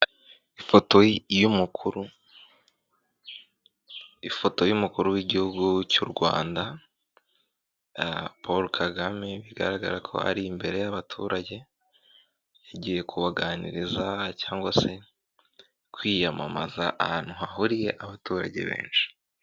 Ifoto y'umukuru w'igihugu cy'u Rwanda Paul Kagame, bigaragara ko ari imbere y'abaturage yagiye kubaganiriza cyangwa se kwiyamamaza ahantu hahuriye abaturage benshi.